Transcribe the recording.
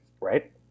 Right